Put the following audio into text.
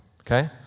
okay